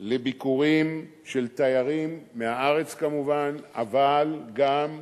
לביקורים של תיירים מהארץ, כמובן, אבל גם,